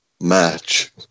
match